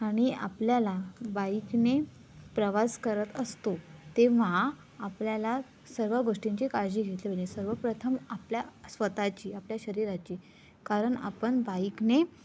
आणि आपल्याला बाईकने प्रवास करत असतो तेव्हा आपल्याला सर्व गोष्टींची काळजी घेतली पाहिजे सर्वप्रथम आपल्या स्वतःची आपल्या शरीराची कारण आपण बाईकने